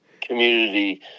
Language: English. community